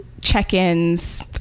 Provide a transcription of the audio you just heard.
check-ins